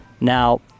Now